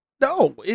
No